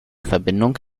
verbindung